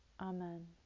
amen